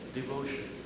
devotion